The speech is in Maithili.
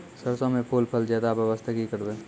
सरसों म फूल फल ज्यादा आबै बास्ते कि करबै?